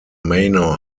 manor